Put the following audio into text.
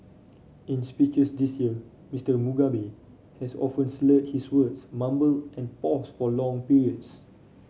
in speeches this year Mister Mugabe has often slurred his words mumbled and paused for long periods